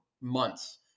months